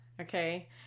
Okay